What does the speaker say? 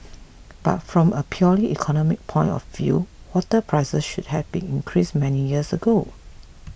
but from a purely economic point of view water prices should have been increased many years ago